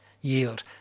yield